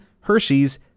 hershey's